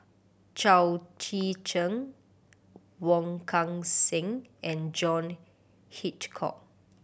Chao Tzee Cheng Wong Kan Seng and John Hitchcock